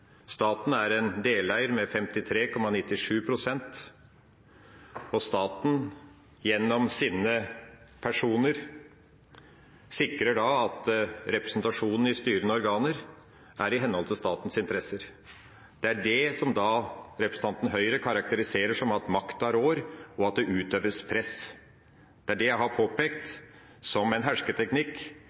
Staten er en deleier med 53,97 pst., og staten – gjennom sine personer – sikrer da at representasjonen i styrende organer er i henhold til statens interesser. Det er det representanten fra Høyre karakteriserer som at makta rår og at det utøves press. Det er det jeg har påpekt som en hersketeknikk